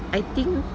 I think